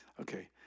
Okay